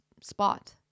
spot